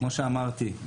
כפי שאמרתי,